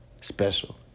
special